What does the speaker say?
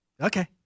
Okay